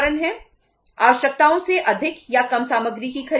आवश्यकताओं से अधिक या कम सामग्री की खरीद